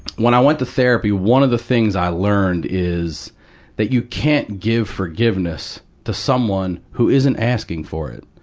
when i went to therapy, one of the things i learned is that you can't give forgiveness to someone who isn't asking for it.